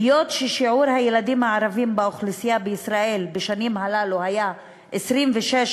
היות ששיעור הילדים הערבים באוכלוסייה בישראל בשנים הללו היה 26.4%,